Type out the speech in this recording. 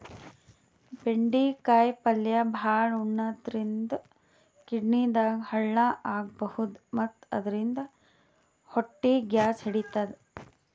ಬೆಂಡಿಕಾಯಿ ಪಲ್ಯ ಭಾಳ್ ಉಣಾದ್ರಿನ್ದ ಕಿಡ್ನಿದಾಗ್ ಹಳ್ಳ ಆಗಬಹುದ್ ಮತ್ತ್ ಇದರಿಂದ ಹೊಟ್ಟಿ ಗ್ಯಾಸ್ ಹಿಡಿತದ್